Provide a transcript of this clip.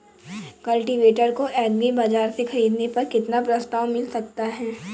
Cultivator को agri बाजार से ख़रीदने पर कितना प्रस्ताव मिल सकता है?